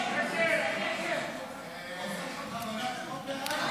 הוועדה, נתקבל.